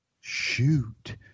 shoot